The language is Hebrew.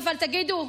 אבל תגידו,